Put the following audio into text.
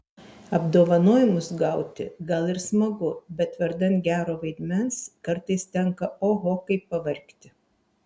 apdovanojimus gauti gal ir smagu bet vardan gero vaidmens kartais tenka oho kaip pavargti